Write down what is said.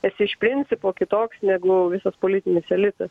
esi iš principo kitoks negu visas politinis elitas